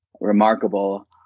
remarkable